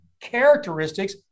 characteristics